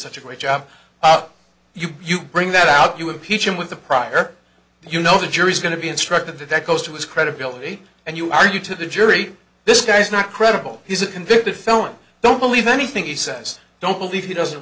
such a great job up you you bring that out you impeach him with a prior you know the jury's going to be instructed that that goes to his credibility and you argue to the jury this guy is not credible he's a convicted felon i don't believe anything he says don't believe he doesn't